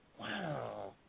Wow